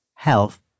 health